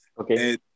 Okay